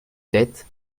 sept